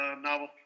novel